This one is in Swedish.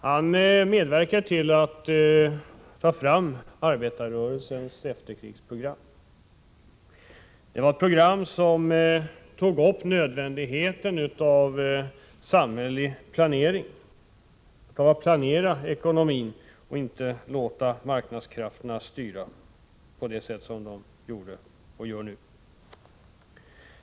Han medverkade till att ta fram arbetarrörelsens efterkrigsprogram. Det var ett program som tog upp nödvändigheten av samhällelig planering, nödvändigheten av att planera ekonomin och inte låta marknadskrafterna styra på det sätt de har gjort och gör.